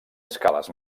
escales